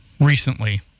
recently